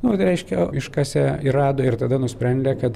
nu tai reiškia iškasę ir rado ir tada nusprendė kad